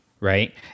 right